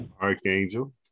archangel